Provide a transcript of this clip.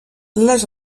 les